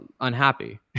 unhappy